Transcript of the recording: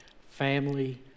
family